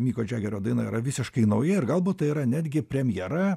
miko džegerio daina yra visiškai nauja ir galbūt tai yra netgi premjera